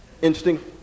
Interesting